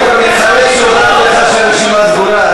אני כבר מתחרט שהודעתי לך שהרשימה סגורה,